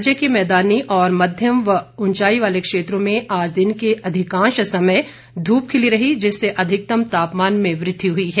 राज्य के मैदानी व मध्यम व उंचाई वाले क्षेत्रों में आज दिन के अधिकांश समय धूप खिली रही जिससे अधिकतम तापमान में वृद्धि हुई है